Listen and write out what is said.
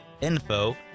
info